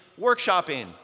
workshopping